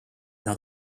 nad